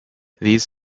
these